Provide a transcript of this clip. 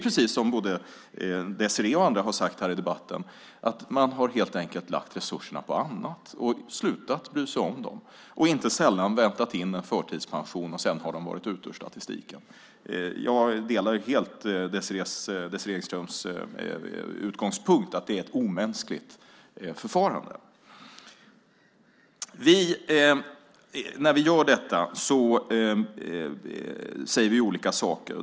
Precis som Désirée Pethrus Engström och andra säger har man helt enkelt lagt resurserna på annat, slutat bry sig om dem och inte sällan väntat in en förtidspension. Därmed har de varit ute ur statistiken. Jag delar helt Désirées utgångspunkt att det är ett omänskligt förfarande. När vi gör detta säger vi olika saker.